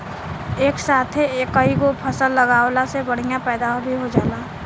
एक साथे कईगो फसल लगावला से बढ़िया पैदावार भी हो जाला